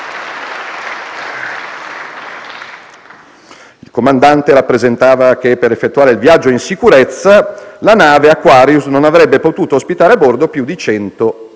Il comandante rappresentava che, per effettuare il viaggio in sicurezza, la nave Aquarius non avrebbe potuto ospitare a bordo più di cento